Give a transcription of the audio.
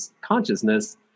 consciousness